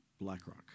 BlackRock